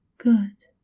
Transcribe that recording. good.